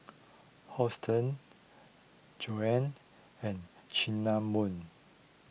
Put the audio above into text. Hortense Joan and Cinnamon